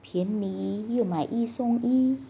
便宜又买一送一